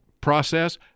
process